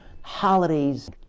holidays